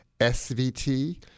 SVT